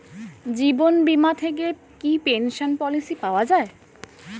জীবন বীমা থেকে কি পেনশন পলিসি পাওয়া যায়?